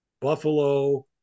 Buffalo